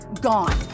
gone